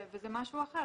זה משהו אחר.